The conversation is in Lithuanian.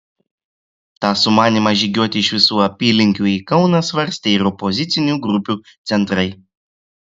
tą sumanymą žygiuoti iš visų apylinkių į kauną svarstė ir opozicinių grupių centrai